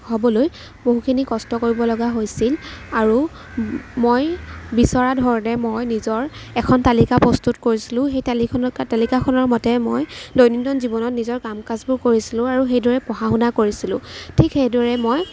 হ'বলৈ বহুখিনি কষ্ট কৰিব লগা হৈছিল আৰু মই বিচৰা ধৰণে মই নিজৰ এখন তালিকা প্ৰস্তুত কৰিছিলোঁ সেই তালিকাখনৰ মতে মই দৈনন্দিন জীৱনত নিজৰ কাম কাজবোৰ কৰিছিলোঁ আৰু সেইদৰে পঢ়া শুনা কৰিছিলোঁ ঠিক সেইদৰে মই